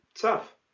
Tough